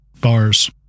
bars